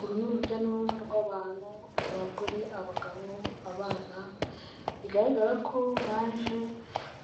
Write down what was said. Uru ni urujya n'uruza rw'abantu abagore, abagabo, abana, bigaragara ko baje